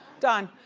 done.